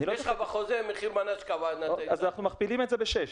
יש לך בחוזה מחיר מנה --- אז אנחנו מכפילים את זה ב-6.